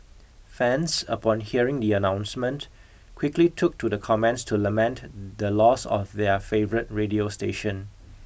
fans upon hearing the announcement quickly took to the comments to lament the loss of their favourite radio station